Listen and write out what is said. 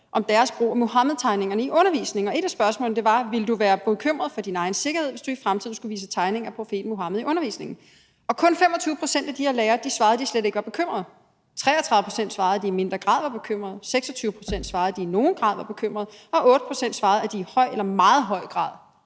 om deres brug af Muhammedtegningerne i undervisningen. Og et af spørgsmålene var: Ville du være bekymret for din egen sikkerhed, hvis du i fremtiden skulle vise tegninger af profeten Muhammed i undervisningen? Og kun 25 pct. af de her lærere svarede, at de slet ikke var bekymrede, 33 pct. svarede, at de i mindre grad var bekymrede, 26 pct. svarede, at de i nogen grad var bekymrede, og 8 pct. svarede, at de i høj eller meget høje grad